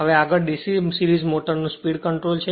હવે આગળ DC series મોટરનું સ્પીડ કંટ્રોલ છે